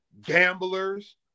Gamblers